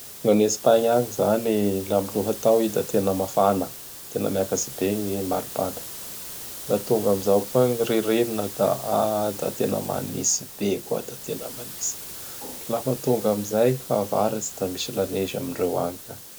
Ny an'Espagne agny zany laha am lotao i da tena mafana, tena miakatsy be ny mari-pana. La tonga amzao koa gny ririnina da da tena manitsy be koa da tena manitsy. Lafa tonga amzay gny fahavaratsy da misy lanezy amindreo agny ka.